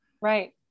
Right